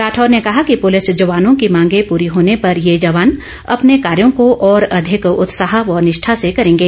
राठौर ने कहा कि पुलिस जवानों की मांगे पूरी होने पर ये जवान अपने कार्यों को और अधिक उत्साह व निष्ठा से करेंगे